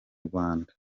rwanda